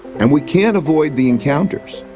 and we can't avoid the encounters.